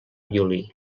violí